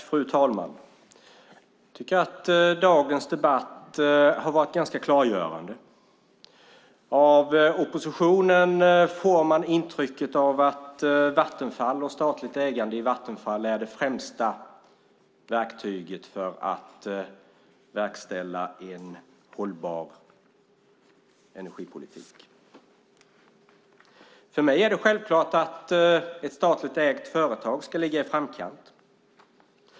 Fru talman! Dagens debatt har varit ganska klargörande. Av oppositionen får man intrycket att Vattenfall och statligt ägande i Vattenfall är det främsta verktyget för att verkställa en hållbar energipolitik. För mig är det självklart att ett statligt ägt företag ska ligga i framkant.